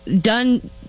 done